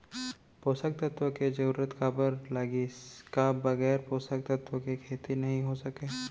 पोसक तत्व के जरूरत काबर लगिस, का बगैर पोसक तत्व के खेती नही हो सके?